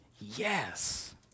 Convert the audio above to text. yes